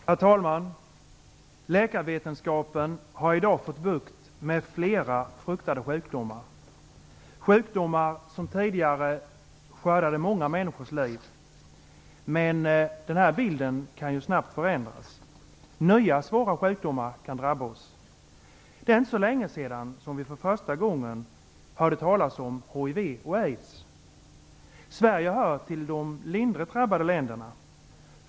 Herr talman! Läkarvetenskapen har i dag fått bukt med flera fruktade sjukdomar, sjukdomar som tidigare skördat många människors liv. Men bilden kan snabbt förändras. Nya svåra sjukdomar kan drabba oss. Det är inte så länge sedan som vi för första gången hörde talas om hiv och aids. Sverige hör till de lindrigt drabbade länderna.